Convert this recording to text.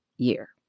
Year